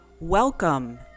Welcome